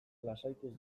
lasaituz